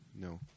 No